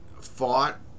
fought